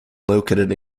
located